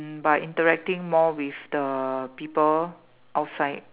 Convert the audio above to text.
by interacting more with the people outside